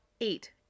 eight